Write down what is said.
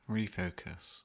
Refocus